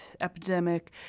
epidemic